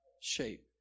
shape